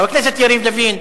חבר הכנסת יריב לוין,